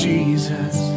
Jesus